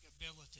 ability